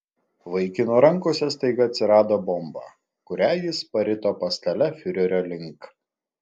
vaikino rankose staiga atsirado bomba kurią jis parito pastale fiurerio link